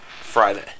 Friday